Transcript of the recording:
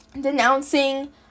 denouncing